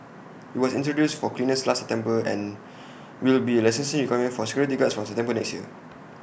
IT was introduced for cleaners last September and will be A licensing requirement for security guards from September next year